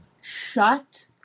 Shut